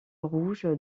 rouge